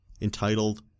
entitled